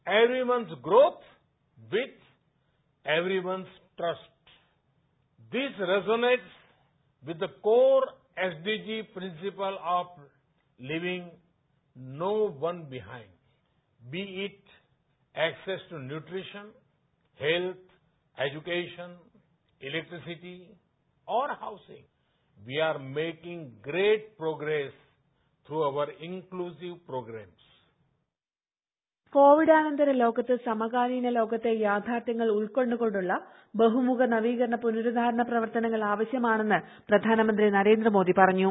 voice കോവിഡാനന്തരലോകത്ത് സമകാലീന ക്ലോക്ത്തെ യാഥാർത്ഥ്യങ്ങൾ ഉൾക്കൊണ്ടുകൊണ്ടുള്ള ബഹുമുഖ പ്രിന്റ്പീകരണ പുനരുദ്ധാരണ പ്രവർത്തനങ്ങൾ ആവശ്യമാണെന്ന് പ്രിഷ്ടാന്മന്ത്രി നരേന്ദ്രമോദി പറഞ്ഞു